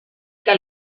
que